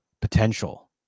potential